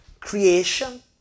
Creation